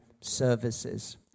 services